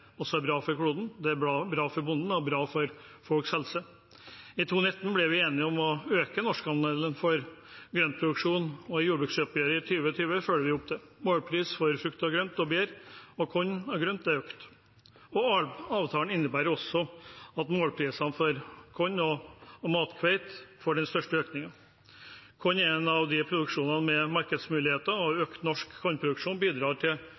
bra for folks helse. I 2019 ble vi enige om å øke norskandelen for grøntproduksjon, og i jordbruksoppgjøret i 2020 følger vi opp det. Målpris for frukt, grønt, bær og korn er økt. Avtalen innebærer også at målprisene for korn og mathvete får den største økningen. Korn er en av produksjonene med markedsmuligheter, og økt norsk kornproduksjon bidrar til